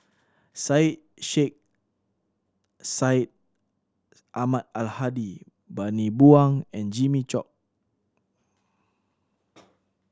Syed Sheikh Syed Ahmad Al Hadi Bani Buang and Jimmy Chok